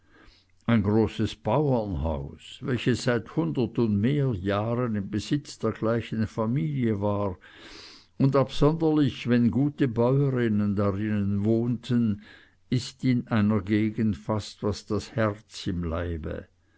ein großes bauernhaus welches seit hundert und mehr jahren im besitz der gleichen familie war und absonderlich wenn gute bäurinnen darinnen wohnten ist in einer gegend fast was das herz im leibe